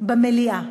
במליאה.